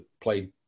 played